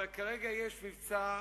אבל כרגע יש מבצע,